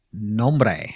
Nombre